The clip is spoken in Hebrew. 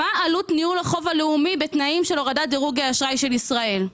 מה עלות ניהול החוב הלאומי בתנאים של הורדת דירוג אשראי של ישראל?